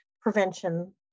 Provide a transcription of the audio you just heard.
prevention